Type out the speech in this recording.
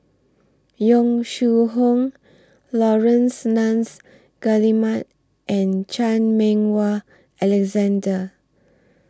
Yong Shu Hoong Laurence Nunns Guillemard and Chan Meng Wah Alexander